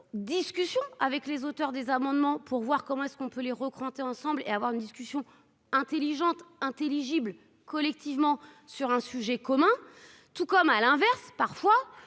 discussions avec les auteurs des amendements pour voir comment est-ce qu'on peut les regrouper ensemble et avoir une discussion intelligente intelligible collectivement sur un sujet commun, tout comme à l'inverse, parfois